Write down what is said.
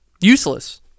Useless